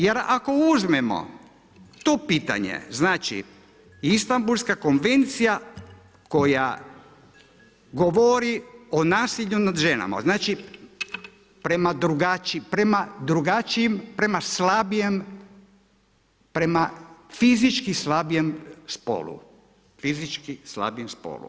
Jer ako uzmemo to pitanje znači Istambulska konvencija koja govori o nasilju nad ženama, znači prema drugačijim, prema slabijem, prema fizički slabijem spolu, fizički slabijem spolu.